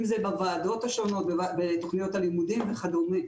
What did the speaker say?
בוועדות השונות, בתכניות הלימודים וכדומה.